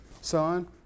Son